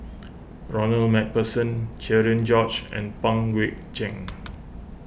Ronald MacPherson Cherian George and Pang Guek Cheng